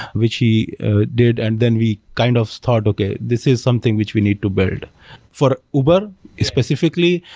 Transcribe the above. which he did. and then we kind of start, okay. this is something which we need to build for uber specifically,